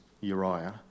Uriah